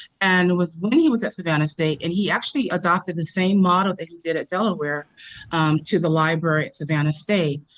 and it was when he was at savannah state, and he actually adopted the same model he did at delaware to the library at savannah state,